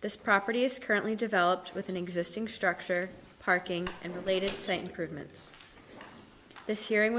this property is currently developed with an existing structure parking and related sing permits this hearing